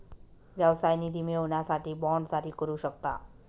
व्यवसाय निधी मिळवण्यासाठी बाँड जारी करू शकता